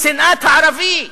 שנאת הערבי.